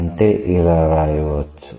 అంటే ఇలా రాయవచ్చు